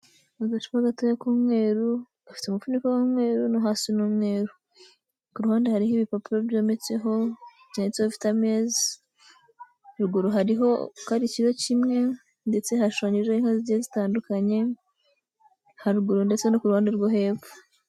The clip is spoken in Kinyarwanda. Agacupa gatoya k'umweru, gafite umufuniko w'umweru, no hasi ni umweru. Ku ruhande hariho ibipapuro byometseho, byanditseho vita meza, ruguru hariho ko ari ikiro kimwe, ndetse hashushanyijeho inka zigiye zitandukanye, haruguru ndetse no ku ruhande rwo hepfo.